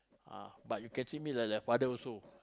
ah but you can treat me like like father also